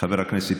חבר הכנסת,